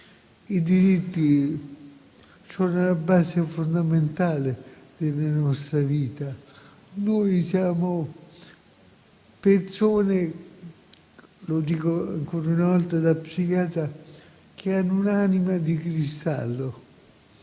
I diritti sono la base fondamentale della nostra vita. Noi siamo persone - lo dico ancora una volta da psichiatra - che hanno un'anima di cristallo,